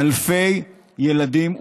אלפי ילדים אומללים.